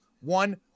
One